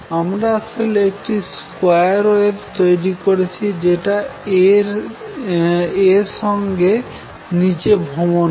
আমরা আসলে একটি স্কোয়ার ওয়েভ তৈরি করেছি যেটা A সঙ্গে নিচে ভ্রমণ করে